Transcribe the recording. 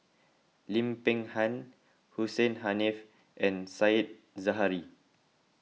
Lim Peng Han Hussein Haniff and Said Zahari